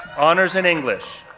honors in english,